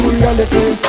reality